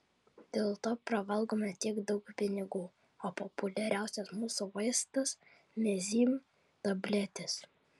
dėl to pravalgome tiek daug pinigų o populiariausias mūsų vaistas mezym tabletės